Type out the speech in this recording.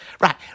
Right